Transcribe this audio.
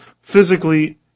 physically